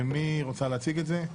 מי רוצה להציג את זה?